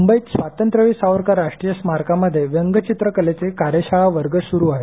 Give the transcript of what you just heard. मुंबईत स्वातंत्र्यवीर सावरकर राष्ट्रीय स्मारकामध्ये व्यंगचित्रकलेचे कार्यशाळा वर्ग सुरु आहेत